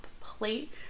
plate